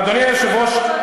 אדוני היושב-ראש,